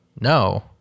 no